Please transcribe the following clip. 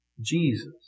Jesus